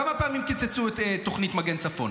מכיוון שקראתי את הצעת החוק,